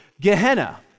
Gehenna